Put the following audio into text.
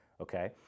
okay